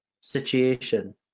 situation